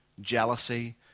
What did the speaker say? Jealousy